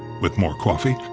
with more coffee,